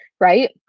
right